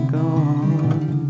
gone